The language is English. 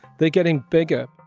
they're getting bigger.